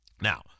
Now